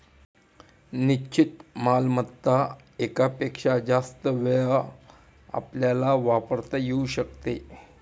निश्चित मालमत्ता एकापेक्षा जास्त वेळा आपल्याला वापरता येऊ शकते